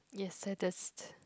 yes saddest